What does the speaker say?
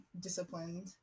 disciplined